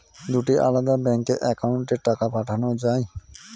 দুটি আলাদা ব্যাংকে অ্যাকাউন্টের টাকা পাঠানো য়ায়?